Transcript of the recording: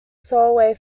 solway